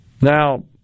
Now